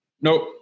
Nope